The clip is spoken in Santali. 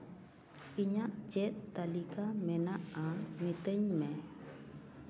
ᱤᱧᱟᱹᱜ ᱪᱮᱫ ᱛᱟᱞᱤᱠᱟ ᱢᱮᱱᱟᱜᱼᱟ ᱢᱤᱛᱟᱹᱧ ᱢᱮ